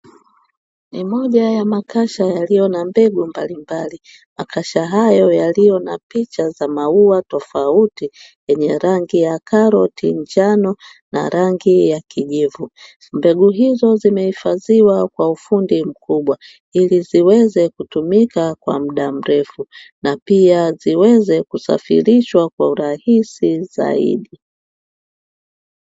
Ni moja ya makasha yaliyo na mbegu mbalimbali, makasha hayo yaliyo na picha za maua tofauti yenye rangi ya karoti, njano na rangi ya kijivu, mbegu hizo zimehifadhiwa kwa ufundi mkubwa ili ziweze kutumika kwa muda mrefu na pia ziweze kusafirishwa kwa urahisi zaidi.